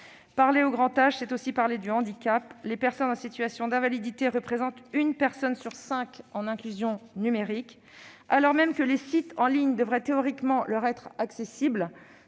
Parler du grand âge, c'est aussi parler du handicap. Les personnes en situation d'invalidité représentent une personne sur cinq en exclusion numérique. Alors que les sites en ligne devraient théoriquement leur être accessibles,